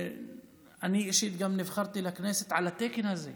אני אישית גם נבחרתי לכנסת על התקן הזה.